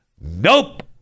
Nope